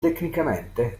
tecnicamente